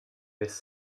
this